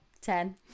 ten